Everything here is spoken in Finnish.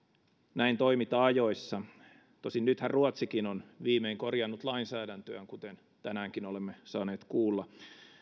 näin toimita ajoissa tosin nythän ruotsikin on viimein korjannut lainsäädäntöään kuten tänäänkin olemme saaneet kuulla